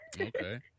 Okay